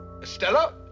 Stella